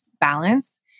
balance